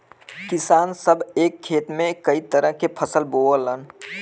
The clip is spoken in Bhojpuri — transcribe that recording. किसान सभ एक खेत में कई तरह के फसल बोवलन